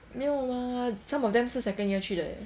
没有 mah some of them 是 second year 去的 leh